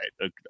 right